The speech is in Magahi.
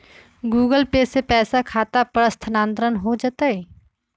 गूगल पे से पईसा खाता पर स्थानानंतर हो जतई?